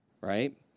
right